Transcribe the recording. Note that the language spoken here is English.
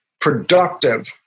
productive